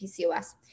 PCOS